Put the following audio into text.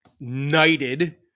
knighted